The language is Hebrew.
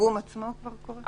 הדיגום עצמו כבר קורה?